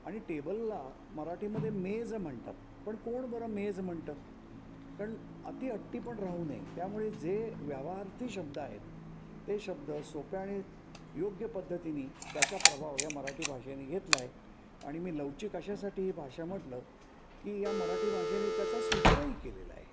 आणि टेबलला मराठीमध्ये मेज म्हणतात पण कोण बरं मेज म्हणतं कारण अति हट्टी पण राहू नये त्यामुळे जे व्यवहारार्थी शब्द आहेत ते शब्द सोप्या आणि योग्य पद्धतीनी त्याचा प्रभाव या मराठी भाषेने घेतला आहे आणि मी लवचिक अशासाठी ही भाषा म्हटलं की या मराठी भाषेने त्याचा स्वीकारही केलेला आहे